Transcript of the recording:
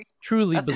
truly